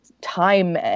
time